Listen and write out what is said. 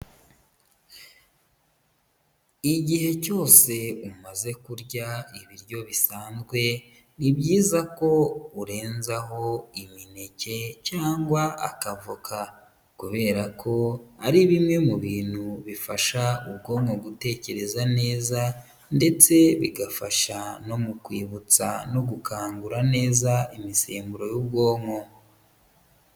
Igihe cyose umaze kurya ibiryo bisanzwe, ni byiza ko urenzaho imineke cyangwa akavoka. Kubera ko ari bimwe mu bintu bifasha ubwonko gutekereza neza, ndetse bigafasha no mu kwibutsa, no gukangura neza imisemburo y'ubwonko.